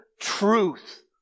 truth